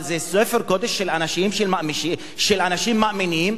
אבל זה ספר קודש של אנשים מאמינים,